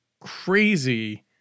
crazy